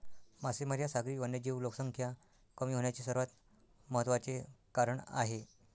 मासेमारी हा सागरी वन्यजीव लोकसंख्या कमी होण्याचे सर्वात महत्त्वाचे कारण आहे